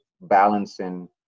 balancing